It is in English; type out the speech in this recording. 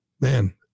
Man